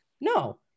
No